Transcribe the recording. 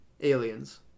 aliens